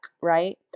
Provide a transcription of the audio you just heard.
right